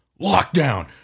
lockdown